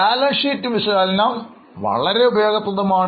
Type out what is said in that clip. balance sheet വിശകലനം വളരെ ഉപയോഗപ്രദമാണ്